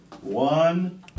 one